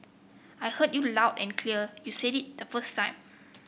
I heard you loud and clear you said it the first time